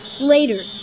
Later